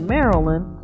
Maryland